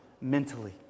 Mentally